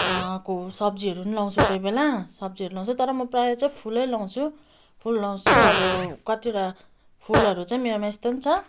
सब्जीहरू नि लगाउँछु कोही बेला सब्जीहरू लाउँछु तर म प्राय चाहिँ फुलै लगाउँछु फुल लगाउँछु अब कतिवटा फुलहरू चाहिँ मेरोमा यस्तो नि छ